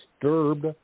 disturbed